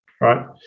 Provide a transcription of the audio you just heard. right